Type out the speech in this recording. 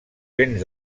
vents